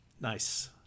Nice